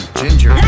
ginger